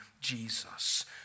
Jesus